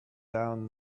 down